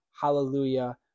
Hallelujah